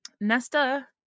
Nesta